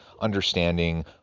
understanding